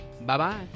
Bye-bye